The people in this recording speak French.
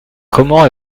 comment